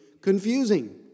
confusing